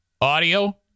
Audio